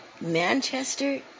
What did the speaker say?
Manchester